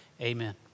amen